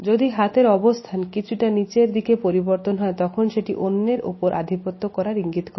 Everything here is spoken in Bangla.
যদি হাতের অবস্থান কিছুটা নিচের দিকেপরিবর্তন হয় তখন সেটি অন্যদের উপর আধিপত্য করার ইঙ্গিত করে